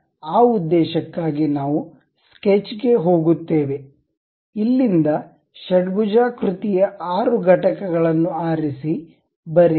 ಆದ್ದರಿಂದ ಆ ಉದ್ದೇಶಕ್ಕಾಗಿ ನಾವು ಸ್ಕೆಚ್ ಗೆ ಹೋಗುತ್ತೇವೆ ಇಲ್ಲಿಂದ ಷಡ್ಭುಜಾಕೃತಿಯ 6 ಘಟಕಗಳನ್ನು ಆರಿಸಿ ಬರೆಯಿರಿ